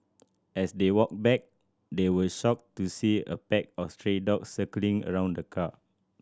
as they walked back they were shocked to see a pack of stray dogs circling around the car